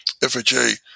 FHA